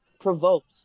provoked